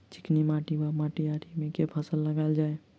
चिकनी माटि वा मटीयारी मे केँ फसल लगाएल जाए?